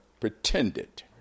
pretended